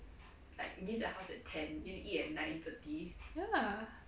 ya